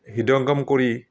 হৃদয়ংগম কৰি